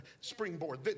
springboard